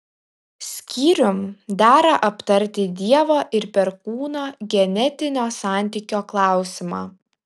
skyrium dera aptarti dievo ir perkūno genetinio santykio klausimą